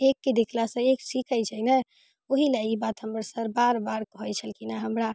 एकके देखलासँ एक सीखै छै ने ओही लऽ ई बात हमर सर बार बार कहै छलखिन हँ हमरा